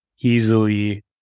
easily